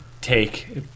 take